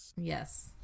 Yes